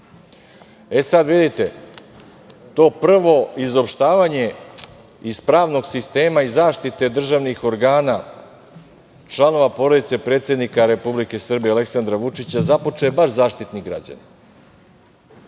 vidite to prvo izopštavanje iz pravnog sistema i zaštite državnih organa, članova porodice predsednika Republike Srbije Aleksandra Vučića započeo je baš Zaštitnik građana,